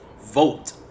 vote